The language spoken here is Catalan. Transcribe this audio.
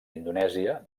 indonèsia